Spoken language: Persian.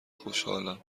خوشحالم